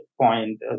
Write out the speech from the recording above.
point